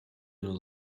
någon